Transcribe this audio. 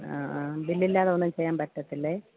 ആ ആ ബില്ല് ഇല്ലാതെ ഒന്നും ചെയ്യാൻ പറ്റത്തില്ലേ